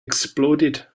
exploded